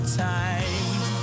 time